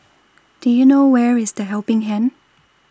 Do YOU know Where IS The Helping Hand